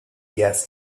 gas